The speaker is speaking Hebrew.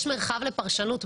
יש מרחב לפרשנות.